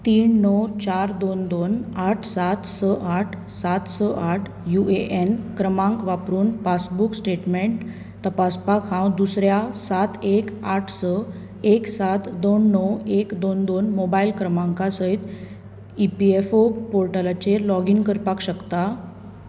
तीन णव चार दोन दोन आठ सात स आठ सात स आठ यु ए एन क्रमांक वापरून पासबुक स्टेटमेंट तपासपाक हांव दुसऱ्या सात एक आठ स एक सात दोन णव एक दोन दोन मोबायल क्रमांका सयत ई पी एफ ओ पोर्टलाचेर लॉगीन करपाक शकता